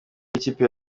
b’ikipe